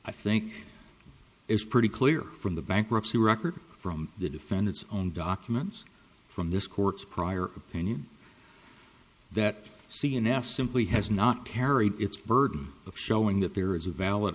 i think it's pretty clear from the bankruptcy record from the defendant's own documents from this court's prior opinion that cns simply has not carried its burden of showing that there is a valid